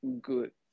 good